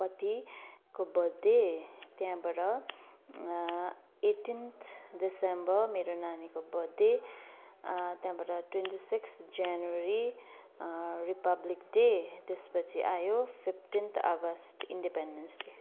पतिको बर्थडे त्यहाँबाट eighteenth December मेरो नानीको बर्थडे त्यहाँबाट twenty six January Republic Day त्यसपछि आयो फिफ्टिन्थ अगस्त इन्डिपेन्डेन्स डे